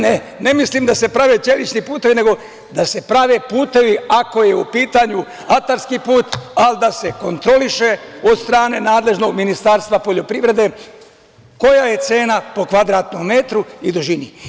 Ne mislim da se prave ćelićni putevi, nego da se prave putevi, ako je u pitanju atarski put, ali da se kontroliše od strane nadležnog Ministarstva poljoprivrede koja je cena po kvadratnom metru i dužini?